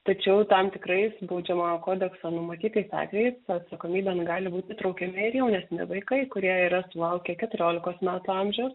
tačiau tam tikrais baudžiamojo kodekso numatytais atvejais atsakomybėn gali būti įtraukiami ir jaunesni vaikai kurie yra sulaukę keturiolikos metų amžiaus